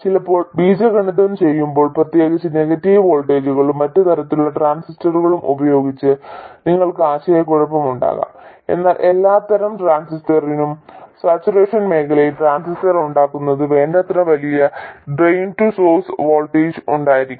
ചിലപ്പോൾ ബീജഗണിതം ചെയ്യുമ്പോൾ പ്രത്യേകിച്ച് നെഗറ്റീവ് വോൾട്ടേജുകളും മറ്റ് തരത്തിലുള്ള ട്രാൻസിസ്റ്ററുകളും ഉപയോഗിച്ച് നിങ്ങൾക്ക് ആശയക്കുഴപ്പമുണ്ടാകാം എന്നാൽ എല്ലാത്തരം ട്രാൻസിസ്റ്ററിനും സാച്ചുറേഷൻ മേഖലയിൽ ട്രാൻസിസ്റ്റർ ഉണ്ടാകുന്നതിന് വേണ്ടത്ര വലിയ ഡ്രെയിൻ ടു സോഴ്സ് വോൾട്ടേജ് ഉണ്ടായിരിക്കണം